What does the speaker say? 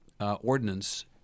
ordinance